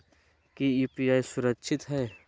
की यू.पी.आई सुरक्षित है?